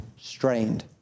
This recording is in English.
strained